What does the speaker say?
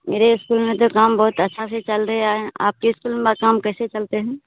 मेरे स्कूल में तो काम बहुत अच्छा से चल रहा है आपके स्कूल में काम कैसे चलते हैं